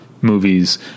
movies